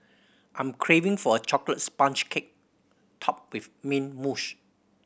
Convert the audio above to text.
I'm craving for a chocolate sponge cake topped with mint mousse